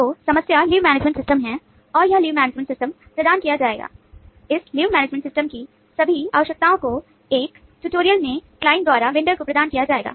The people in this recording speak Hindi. तो समस्या लीव मैनेजमेंट सिस्टम को प्रदान किया जाएगा